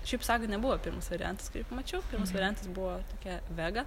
šiaip saga nebuvo pirmas variantas kurį pamačiau pirmas variantas buvo tokia vega